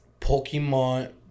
Pokemon